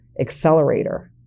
accelerator